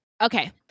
Okay